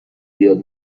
بیاد